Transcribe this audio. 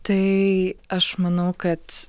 tai aš manau kad